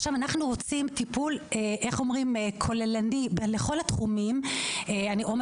אנחנו רוצים טיפול כוללני בכל התחומים וגם